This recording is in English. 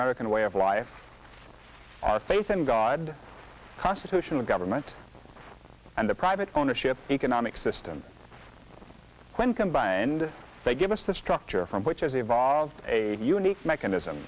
american way of life our faith in god constitutional government and the private ownership economic system when combined they give us the structure from which has evolved a unique mechanism